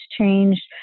changed